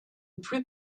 plus